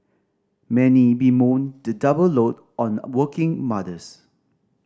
many bemoan the double load on working mothers